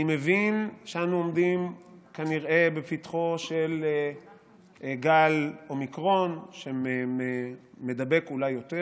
אני מבין שאנו עומדים כנראה בפתחו של גל אומיקרון שמידבק אולי יותר.